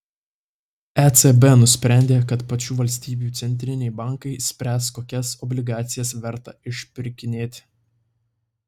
ecb nusprendė kad pačių valstybių centriniai bankai spręs kokias obligacijas verta išpirkinėti